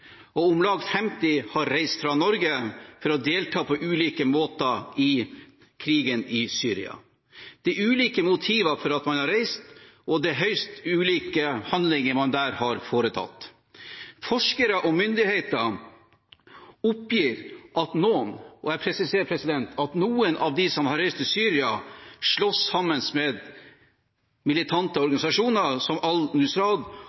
flere. Om lag 50 personer har reist fra Norge for å delta på ulike måter i krigen i Syria. Det er ulike motiver for at man har reist, og det er høyst ulike handlinger man der har foretatt. Forskere og myndigheter oppgir at noen – og jeg presiserer noen – av dem som har reist til Syria, slåss sammen med militante